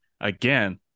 again